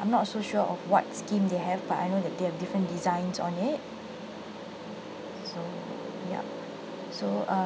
I'm not so sure of what scheme they have but I know that they have different designs on it so yup so uh